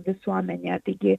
visuomenėje taigi